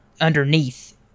underneath